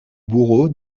bourreau